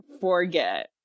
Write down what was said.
forget